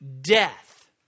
death